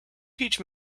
teach